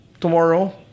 tomorrow